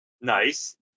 Nice